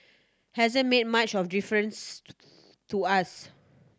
hasn't made much of difference to us